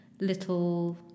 little